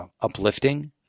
uplifting